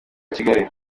kigali